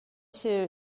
two